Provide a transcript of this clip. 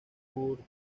church